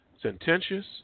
sententious